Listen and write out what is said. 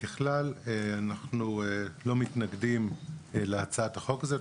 ככלל אנחנו לא מתנגדים להצעת החוק הזאת.